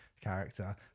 character